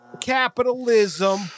capitalism